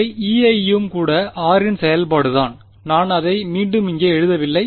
இவை Ei ம் கூட r ன் செயல்பாடுதான் நான் அதை மீண்டும் இங்கே எழுதவில்லை